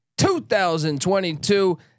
2022